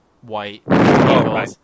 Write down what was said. white